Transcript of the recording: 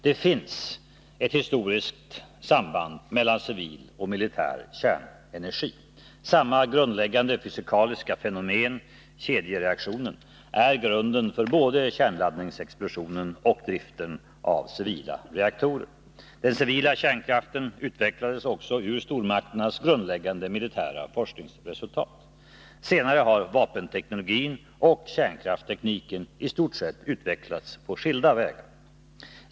Det finns ett historiskt samband mellan civil och militär kärnenergi. Samma grundläggande fysikaliska fenomen, kedjereaktionen, är grunden för både kärnladdningsexplosionen och driften av civila reaktorer. Den civila kärnkraften utvecklades också ur stormakternas grundläggande militära forskningsresultat. Men senare har vapenteknologin och kärnkrafttekniken i stort sett utvecklats på skilda vägar.